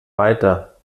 weiter